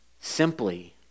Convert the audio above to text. simply